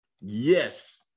yes